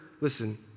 listen